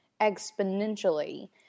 exponentially